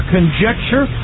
Conjecture